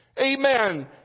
Amen